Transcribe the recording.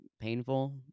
painful